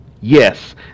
Yes